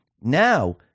Now